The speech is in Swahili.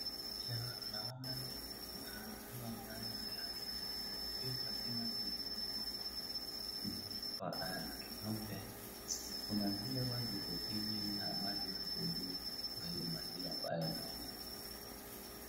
Naona maziwa ambayo imeharibika, hii maziwa imewekwa kwa kikombe, kuna zile huwa ziko chini na maji ziko juu kwa hiyo maziwa ambayo naona.